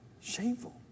Shameful